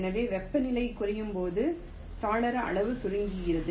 எனவே வெப்பநிலை குறையும்போது சாளர அளவு சுருங்குகிறது